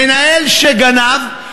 מנהל שגנב,